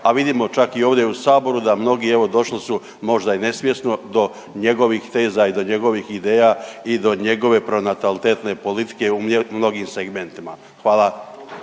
a vidimo čak i ovdje u Saboru, da mnogi evo, došli su možda i nesvjesno do njegovih teza i do njegovih ideja i do njegove pronatalitetne politike u mnogim segmentima. Hvala.